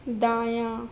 دایاں